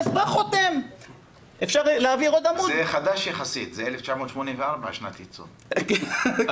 זה חדש יחסית, שנת ייצור 1984... כן.